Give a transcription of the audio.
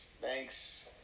Thanks